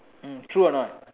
mm true or not